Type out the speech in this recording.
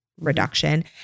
reduction